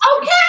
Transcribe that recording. Okay